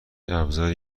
ابزاری